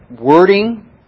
wording